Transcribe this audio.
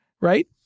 right